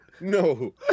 No